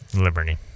Liberty